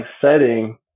setting